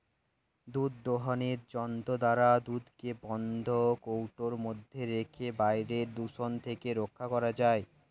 দুধ দোহনের যন্ত্র দ্বারা দুধকে বন্ধ কৌটোর মধ্যে রেখে বাইরের দূষণ থেকে রক্ষা করা যায়